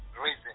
reason